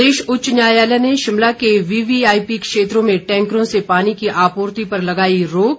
प्रदेश उच्च न्यायालय ने शिमला के वीवीआईपी क्षेत्रों में टैंकरों से पानी की आपूर्ति पर लगाई रोक